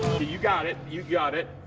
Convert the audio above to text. you got it. you got it.